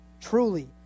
truly